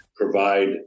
provide